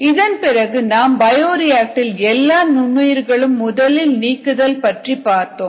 இதன் பிறகு நாம் பயோரியாக்டரில் எல்லா நுண்ணுயிர்களையும் முதலில் நீக்குதல் பற்றி பார்த்தோம்